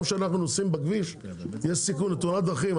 גם שאנחנו נוסעים בכביש יש סיכון לתאונת דרכים,